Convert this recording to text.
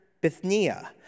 Bithynia